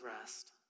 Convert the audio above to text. rest